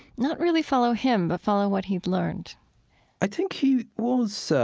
not really follow him, but follow what he'd learned i think he was, so